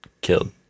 killed